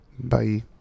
Bye